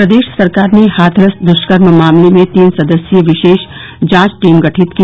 प्रदेश सरकार ने हाथरस दुष्कर्म मामले में तीन सदस्यीय विशेष जांच टीम गठित की